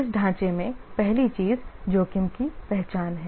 इस ढांचे में पहली चीज जोखिम की पहचान है